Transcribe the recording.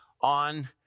on